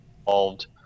involved